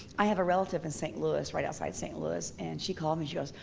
i have a relative in st. louis, right outside st. louis, and she called me, she goes,